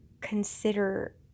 consider